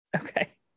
Okay